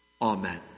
Amen